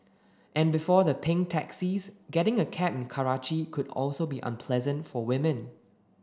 and before the pink taxis getting a cab in Karachi could also be unpleasant for women